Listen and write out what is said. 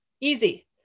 Easy